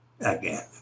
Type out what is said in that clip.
again